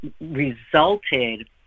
resulted